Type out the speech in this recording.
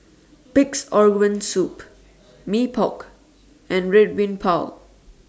Pig'S Organ Soup Mee Pok and Red Bean Bao